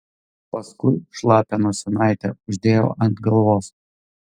paskui šlapią nosinaitę uždėjau ant galvos